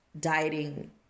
dieting